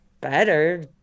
better